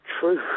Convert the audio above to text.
true